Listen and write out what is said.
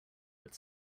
but